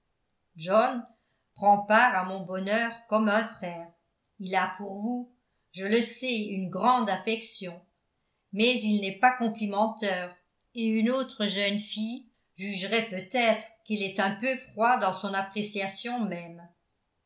john prend part à mon bonheur comme un frère il a pour vous je le sais une grande affection mais il n'est pas complimenteur et une autre jeune fille jugerait peut-être qu'il est un peu froid dans son appréciation même